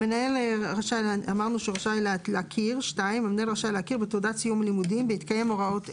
המנהל רשאי להכיר בתעודת סיום לימודים בהתקיים הוראות אלה: